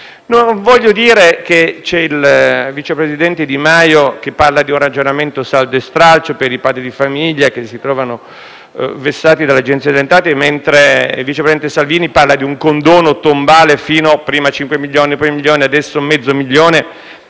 Non voglio dire che il vice presidente Di Maio parla di un ragionamento di saldo e stralcio per i padri di famiglia che si trovano vessati dall'Agenzia delle entrate, mentre il vice presidente Salvini parla di un condono tombale, prima fino a 5 milioni, poi fino a un milione,